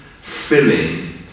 filling